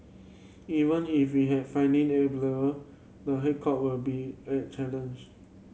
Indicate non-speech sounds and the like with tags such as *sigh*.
even if we had funding *unintelligible* the headcount will be a challenge